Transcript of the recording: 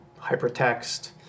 hypertext